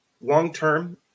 long-term